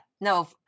no